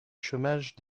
chômage